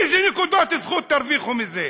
איזה נקודות זכות תרוויחו מזה?